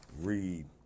read